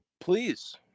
please